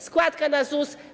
Składka na ZUS.